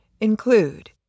include